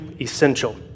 essential